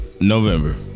November